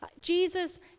Jesus